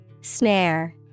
Snare